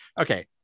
okay